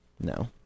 No